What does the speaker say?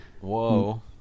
Whoa